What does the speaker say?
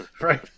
Right